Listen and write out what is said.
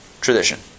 tradition